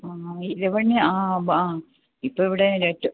ആ ഇരവണി ആ വാ ഇപ്പം ഇവിടെ നെറ്റ്